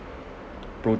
pro~